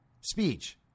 speech